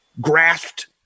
grasped